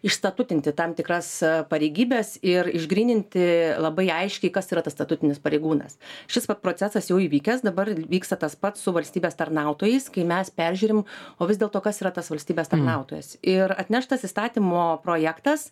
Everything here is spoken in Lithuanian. išstatutinti tam tikras pareigybes ir išgryninti labai aiškiai kas yra tas statutinis pareigūnas šis vat procesas jau įvykęs dabar vyksta tas pats su valstybės tarnautojais kai mes peržiūrim o vis dėlto kas yra tas valstybės tarnautojas ir atneštas įstatymo projektas